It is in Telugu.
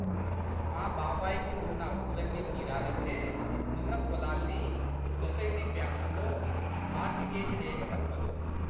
మా బాబాయ్ కి ఉన్న అప్పులన్నీ తీరాలంటే ఉన్న పొలాల్ని సొసైటీ బ్యాంకులో మార్ట్ గేజ్ చెయ్యక తప్పదు